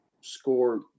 score